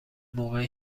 موقع